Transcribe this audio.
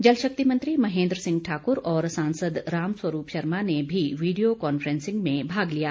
जल शक्ति मंत्री महेंद्र सिंह ठाकुर और सांसद रामस्वरूप शर्मा ने भी वीडियो कांफ्रेंसिंग में भाग लिया